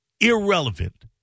irrelevant